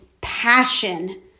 passion